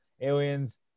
aliens